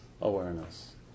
awareness